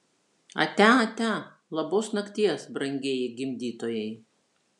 atia atia labos nakties brangieji gimdytojai